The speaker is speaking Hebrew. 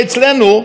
ותסכימי איתי,